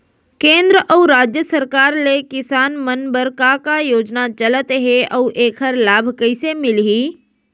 केंद्र अऊ राज्य सरकार ले किसान मन बर का का योजना चलत हे अऊ एखर लाभ कइसे मिलही?